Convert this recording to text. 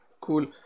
cool